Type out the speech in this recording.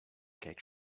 cake